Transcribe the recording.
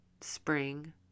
spring